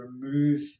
remove